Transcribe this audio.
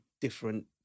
different